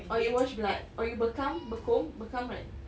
or you wash blood or you bekam bekum~ bekam right